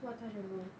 what touch and go